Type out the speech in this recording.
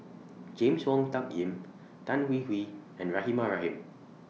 James Wong Tuck Yim Tan Hwee Hwee and Rahimah Rahim